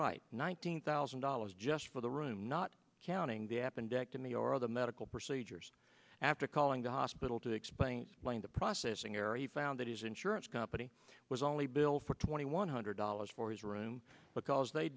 right nineteen thousand dollars just for the room not counting the appendectomy or other medical procedures after calling the hospital to explain the processing ery found that his insurance company was only built for twenty one hundred dollars for his room because they